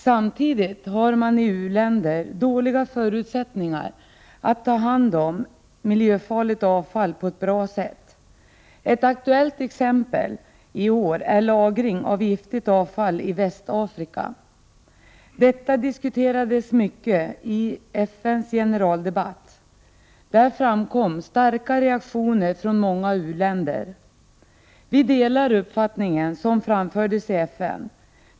Samtidigt har man i u-länder dåliga förutsättningar att ta hand om miljöfarligt avfall på ett bra sätt. Ett aktuellt exempel i år är lagring av giftigt avfall i Västafrika. Detta diskuterades mycket i FN:s generaldebatt. Där framkom starka reaktioner från många u-länder. Vi delar den uppfattning som framfördes i FN.